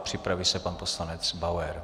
Připraví se pan poslanec Bauer.